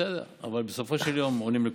בסדר, אבל בסופו של יום הם עונים לכולם.